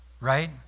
Right